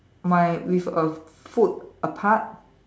my with a foot apart